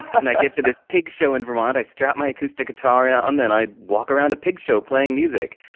and, i get to this pig show, and um i strap my acoustic guitar yeah on, and i walked around a pig show playing music.